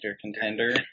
contender